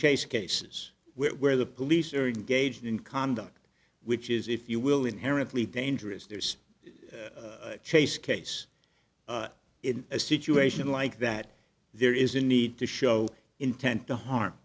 chase cases where the police are engaged in conduct which is if you will inherently dangerous there's a chase case in a situation like that there is a need to show intent to harm